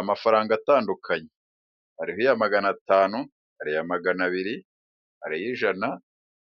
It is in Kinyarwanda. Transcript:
Amafaranga atandukanye. Hariho iya magana atanu, iya magana abiri, hari iy'ijana,